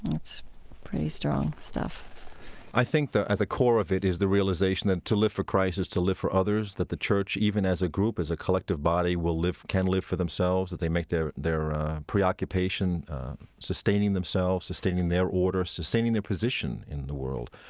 that's pretty strong stuff i think, though, at the core of it is the realization that to live for christ is to live for others, that the church, even as a group, as a collective body, will live, can live for themselves, that they make their their preoccupation sustaining themselves, sustaining their order, sustaining their position in the world.